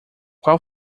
qual